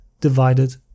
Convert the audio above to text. divided